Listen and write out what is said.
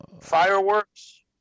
Fireworks